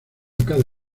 cada